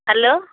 hello